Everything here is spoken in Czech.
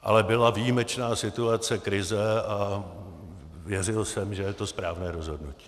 Ale byla výjimečná situace, krize a věřil jsem, že je to správné rozhodnutí.